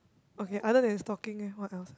okay other than stalking leh what else